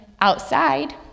outside